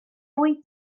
wyt